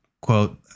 quote